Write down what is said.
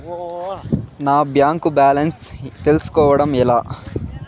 నా bank balance తెలుస్కోవడం ఎలా?